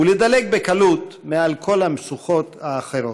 ולדלג בקלות מעל כל המשוכות האחרות.